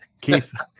Keith